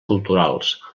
culturals